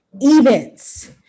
events